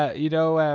you know,